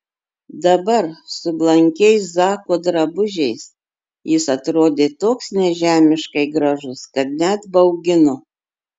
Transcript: dabar su blankiais zako drabužiais jis atrodė toks nežemiškai gražus kad net baugino